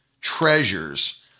treasures